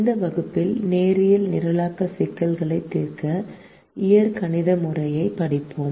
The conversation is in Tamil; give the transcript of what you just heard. இந்த வகுப்பில் நேரியல் நிரலாக்க சிக்கல்களை தீர்க்க இயற்கணித முறையைப் படிப்போம்